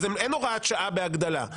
אבל אין הוראת שעה בהגדלה.